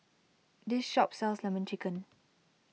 this shop sells Lemon Chicken